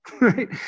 right